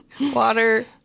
Water